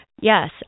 Yes